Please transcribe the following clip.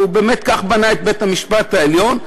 ובאמת כך הוא בנה את בית-המשפט העליון.